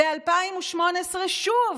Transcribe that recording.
ב-2018, שוב: